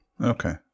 Okay